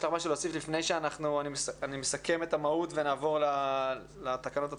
יש לך משהו להוסיף לפני שאני מסכם את המהות ונעבור לתקנות עצמן?